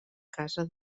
casa